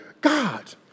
God